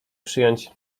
przyjąć